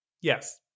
Yes